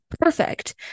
perfect